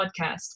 podcast